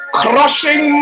crushing